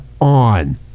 on